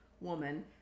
woman